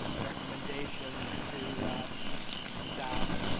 recommendations to staff